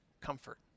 comfort